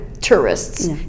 tourists